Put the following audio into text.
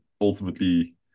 ultimately